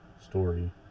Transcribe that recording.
story